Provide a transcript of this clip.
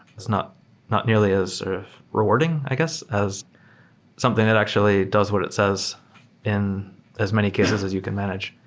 it's not not nearly as sort of rewarding, i guess, as something that actually does what it says in as many cases as you can manage.